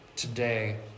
Today